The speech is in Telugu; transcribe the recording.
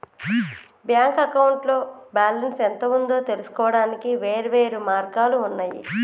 బ్యాంక్ అకౌంట్లో బ్యాలెన్స్ ఎంత ఉందో తెలుసుకోవడానికి వేర్వేరు మార్గాలు ఉన్నయి